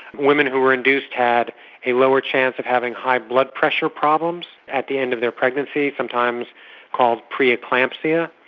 women who were induced had a lower chance of having high blood pressure problems at the end of their pregnancy, sometimes called pre-eclampsia.